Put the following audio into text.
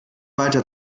weiter